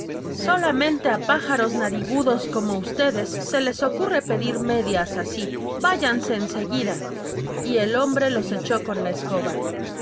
solamente a pájaros narigudos como ustedes se les ocurre pedir medias así váyanse en seguida y el hombre los echó con la escoba